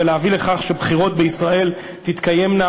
ולהביא לכך שבחירות בישראל תתקיימנה